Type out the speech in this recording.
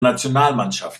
nationalmannschaft